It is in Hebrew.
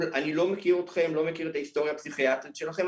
אני לא מכיר אתכם ולא מכיר את ההיסטוריה הפסיכיאטרית שלכם,